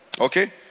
Okay